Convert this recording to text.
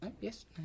Yes